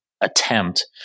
attempt